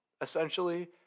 essentially